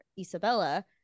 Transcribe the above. Isabella